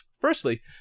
Firstly